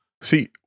see